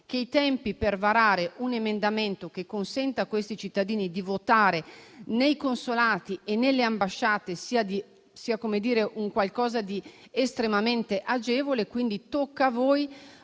che i tempi per varare un emendamento che consenta a questi cittadini di votare nei consolati e nelle ambasciate sia qualcosa di estremamente agevole, quindi tocca a voi